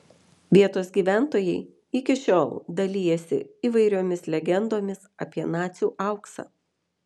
vietos gyventojai iki šiol dalijasi įvairiomis legendomis apie nacių auksą